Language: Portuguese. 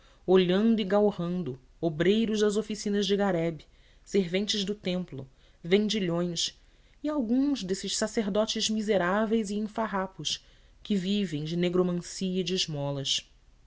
olhando e galrando obreiros das oficinas de garebe serventes do templo vendilhões e alguns desses sacerdotes miseráveis e em farrapos que vivem de nigromancia e de esmolas